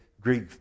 Greek